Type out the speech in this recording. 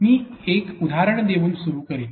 मी एक उदाहरण देऊन सुरू करेन